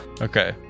Okay